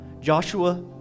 Joshua